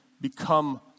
become